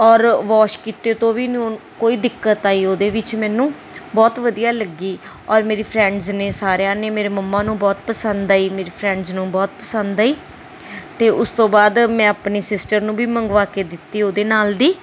ਔਰ ਵਾਸ਼ ਕੀਤੇ ਤੋਂ ਵੀ ਨਾ ਕੋਈ ਦਿੱਕਤ ਆਈ ਉਹਦੇ ਵਿੱਚ ਮੈਨੂੰ ਬਹੁਤ ਵਧੀਆ ਲੱਗੀ ਔਰ ਮੇਰੀ ਫਰੈਂਡਸ ਨੇ ਸਾਰਿਆਂ ਨੇ ਮੇਰੇ ਮੰਮੀ ਨੂੰ ਬਹੁਤ ਪਸੰਦ ਆਈ ਮੇਰੇ ਫਰੈਂਡਜ ਨੂੰ ਬਹੁਤ ਪਸੰਦ ਆਈ ਅਤੇ ਉਸ ਤੋਂ ਬਾਅਦ ਮੈਂ ਆਪਣੀ ਸਿਸਟਰ ਨੂੰ ਵੀ ਮੰਗਵਾ ਕੇ ਦਿੱਤੀ ਉਹਦੇ ਨਾਲ ਦੀ